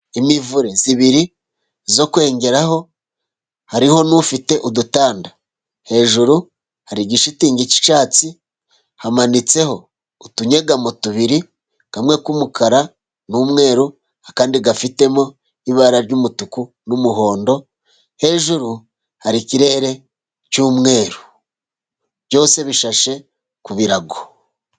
Imivure ibiri yo kwengeraho, hariho n'ufite udutanda hejuru, hari igishitingi cy'icyatsi, hamanitseho utunyegamo tubiri, kamwe k'umukara n'umweru, akandi gafitemo ibara ry'umutuku n'umuhondo, hejuru hari ikirere cy'umweru, byose bishashe ku birago.